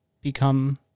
become